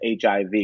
HIV